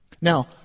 Now